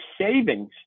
savings